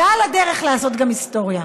ועל הדרך לעשות גם היסטוריה.